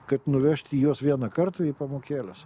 kad nuvežti juos vieną kartą į pamokėles